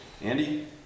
Andy